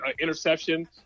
interception